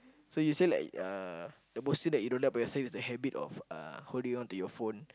so you say like uh the most thing that you don't like about yourself is the habit of uh holding on to your phone